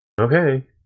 Okay